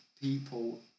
people